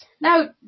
Now